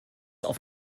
auf